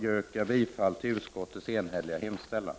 Jag yrkar bifall till utskottets enhälliga hemställan.